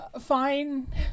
fine